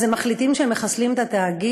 אז הם מחליטים שהם מחסלים את התאגיד.